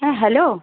হ্যাঁ হ্যালো